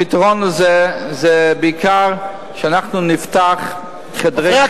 הפתרון הזה זה בעיקר שאנחנו נפתח חדרי,